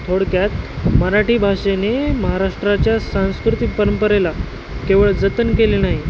थोडक्यात मराठी भाषेने महाराष्ट्राच्या सांस्कृतिक परंपरेला केवळ जतन केले नाही